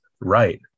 right